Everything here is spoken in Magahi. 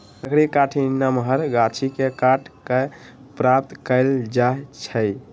लकड़ी काठी नमहर गाछि के काट कऽ प्राप्त कएल जाइ छइ